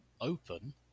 open